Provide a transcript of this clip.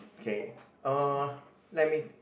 okay uh let me